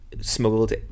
smuggled